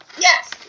Yes